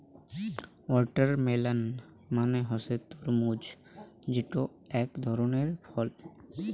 watermelon মানে হসে তরমুজ যেটো আক ধরণের ফল